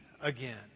again